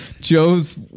Joe's